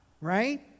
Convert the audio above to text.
Right